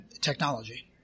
technology